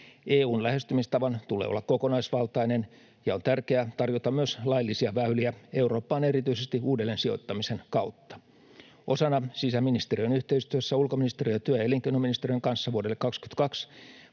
EU:n lähestymistavan tulee olla kokonaisvaltainen, ja on tärkeää tarjota myös laillisia väyliä Eurooppaan erityisesti uudelleensijoittamisen kautta. Osana sisäministeriön yhteistyössä ulkoministeriön ja työ- ja elinkeinoministeriön kanssa vuodelle 22